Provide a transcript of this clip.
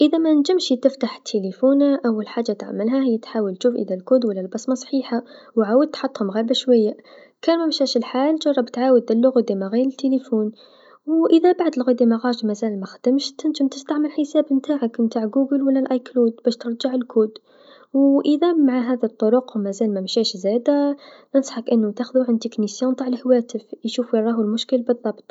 إذا منجمش يفتح التليفون أول حاجه تعملها عي تشوف الكود و لا البصمه صحيحه و عاود حطهم غبالشويا لوكان ممشاش الحال جرب تعمل إعادة التشغيل للهاتف و إذا بعد إعادة التشغيل زاد مخدمش تنجم تستعمل حساب نتاعك تع غوغل و لا أيكلود، و إذا مع هذو الطرق زاد ممجاش زاد ننصحك أنو تاخذو عند مختص الهواتف.